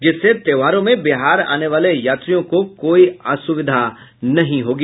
जिसके त्योहार में बिहार आने वाले यात्रियों को कोई असुविधा नहीं होगी